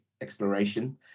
exploration